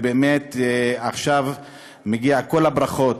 ובאמת עכשיו מגיעות כל הברכות,